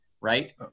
right